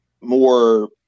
more